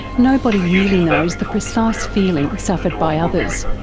nobody really knows the precise feeling suffered by others.